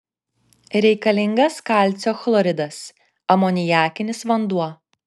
reikalingas kalcio chloridas amoniakinis vanduo